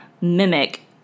mimic